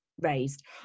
raised